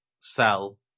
Sell